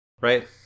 right